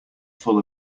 full